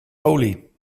olie